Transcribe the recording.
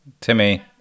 Timmy